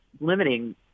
limiting